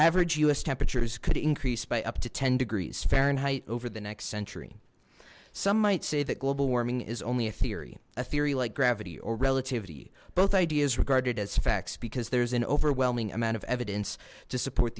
average u s temperatures could increase by up to ten degrees fahrenheit over the next century some might say that global warming is only a theory a theory like gravity or relativity both ideas regarded as facts because there's an overwhelming amount of evidence to support